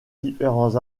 différents